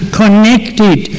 connected